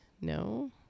no